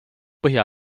põhja